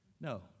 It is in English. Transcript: No